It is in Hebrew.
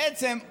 בעצם,